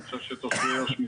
אני חושב שתושבי יו"ש,